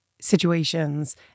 situations